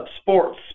sports